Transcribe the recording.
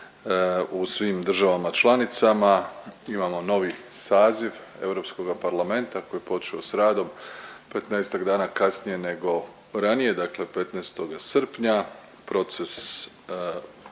u svim državama članicama, imamo novi saziv Europskoga parlamenta koji je počeo s radom 15-tak dana kasnije nego ranije, dakle 15. srpnja, proces